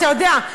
אתה יודע,